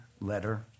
letter